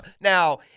now